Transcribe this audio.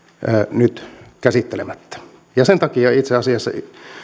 nyt käsittelemättä ja sen takia itse asiassa